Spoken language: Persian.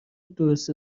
درست